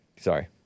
sorry